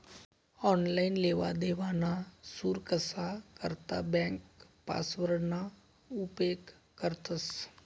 online लेवादेवाना सुरक्सा करता ब्यांक पासवर्डना उपेग करतंस